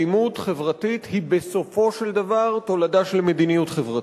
אלימות חברתית היא בסופו של דבר תולדה של מדיניות חברתית,